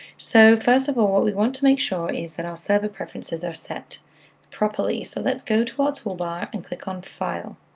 so first of all, we want to make sure is that our server preferences are set properly, so let's go to our toolbar and click on file.